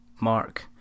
Mark